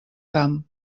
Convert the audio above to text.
camp